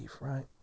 right